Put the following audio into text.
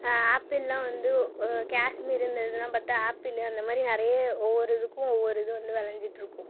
ஆப்பிளெலாம் வந்து காஷ்மீர் இந்த இதெல்லாம் பார்த்த ஆப்பிளு இந்த மாதிரி நிறைய ஒவ்வொரு இதுக்கும் ஒவ்வொரு இது விளஞ்சிட்டு இருக்கும்